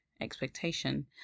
expectation